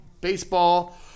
baseball